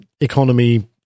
economy